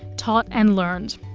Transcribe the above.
taught and learned,